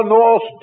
North